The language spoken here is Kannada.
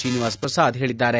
ಶ್ರೀನಿವಾಸ್ಪ್ರಸಾದ್ ಹೇಳಿದ್ದಾರೆ